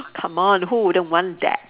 come on who wouldn't want that